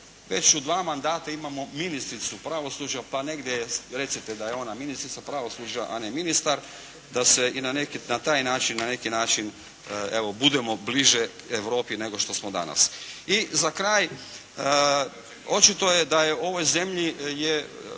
Već su dva mandata, imamo ministricu pravosuđa pa negdje je, recite da je ona ministrica pravosuđa a ne ministar, da se i na taj način, na neki način evo budemo bliže Europi nego što smo danas. I za kraj očito je da u ovoj zemlji,